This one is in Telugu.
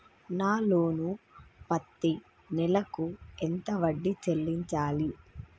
నా లోను పత్తి నెల కు ఎంత వడ్డీ చెల్లించాలి?